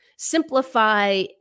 simplify